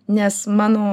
nes mano